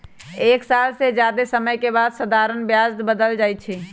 एक साल से जादे समय के बाद साधारण ब्याज बदल जाई छई